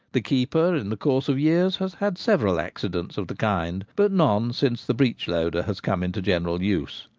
the keeper in the course of years has had several accidents of the kind but none since the breechloader has come into general use,